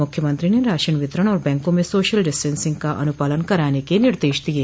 मुख्यमंत्री ने राशन वितरण और बैंकों में सोशल डिस्टेंसिंग का अनुपालन कराने के निर्देश दिये